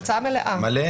המצאה מלאה.